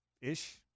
ish